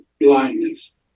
blindness